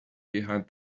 behind